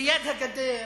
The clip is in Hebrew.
ליד הגדר,